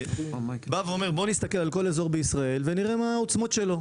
שבא ואומר: בוא נסתכל על כל אזור בישראל ונראה מה העוצמות שלו,